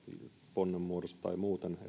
ponnen muodossa tai muuten